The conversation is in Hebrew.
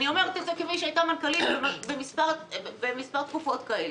אני אומרת את זה כמי שהייתה מנכ"לית במספר תקופות כאלה.